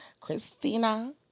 Christina